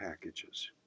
packages